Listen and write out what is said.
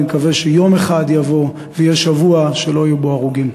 אני מקווה שיום יבוא ויהיה שבוע שלא יהיו בו הרוגים.